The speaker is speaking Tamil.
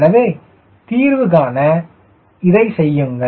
எனவே தீர்வை காண இதை செய்யுங்கள்